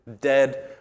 dead